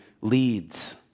leads